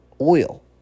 oil